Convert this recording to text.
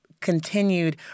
continued